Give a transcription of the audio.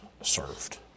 served